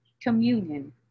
communion